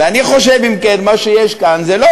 ואני חושד, אם כן, שמה שיש כאן זה לא